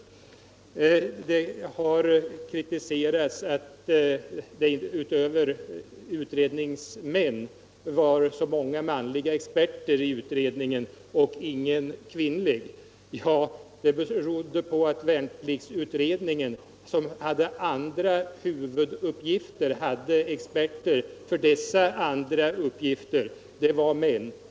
Vidare har det kritiserats att det utöver ledamöterna var så många manliga experter engagerade i utredningen men ingen kvinnlig. Det berodde på att värnpliktsutredningen, som hade andra huvuduppgifter, anlitade experter för dessa andra uppgifter, och de var män.